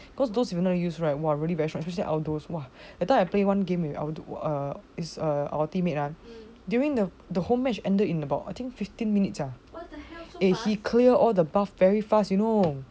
because those you know use right !wah! really very strong you see aldous right that time I play one game with aldous our team mate ah during the the whole match ended in about fifteen minutes ah eh he clear all the buff very fast you know